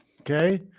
Okay